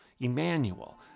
Emmanuel